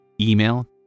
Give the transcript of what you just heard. email